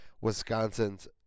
Wisconsin's